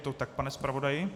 Je to tak, pane zpravodaji?